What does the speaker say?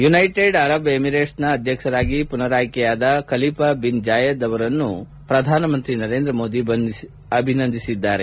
United Arab ಎಮಿರೇಟ್ಸ್ನ ಅಧ್ಯಕ್ಷರಾಗಿ ಪುನರಾಯ್ಕೆಯಾದ ಅಧ್ಯಕ್ಷ ಖಲೀಫಾ ಬಿನ್ ಜಾಯೆದ್ ಅಲ್ ನಹ್ಕಾನ್ ಅವರನ್ನು ಪ್ರಧಾನಮಂತ್ರಿ ನರೇಂದ್ರ ಮೋದಿ ಅಭಿನಂದಿಸಿದ್ದಾರೆ